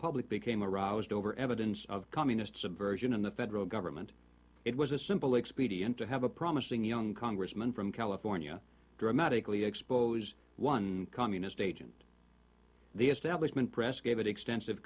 public became a roused over evidence of communist subversion in the federal government it was a simple expedient to have a promising young congressman from california dramatically exposed one communist agent the establishment press gave it extensive